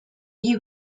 new